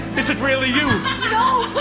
is it really you?